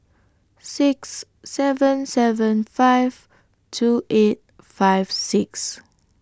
six seven seven five two eight five six